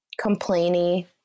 complainy